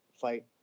fight